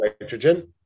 nitrogen